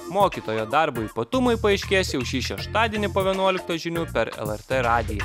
mokytojo darbo ypatumai paaiškės jau šį šeštadienį po vienuoliktos žinių per el er t radiją